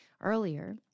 Earlier